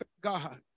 God